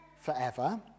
forever